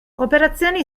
operazioni